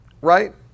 right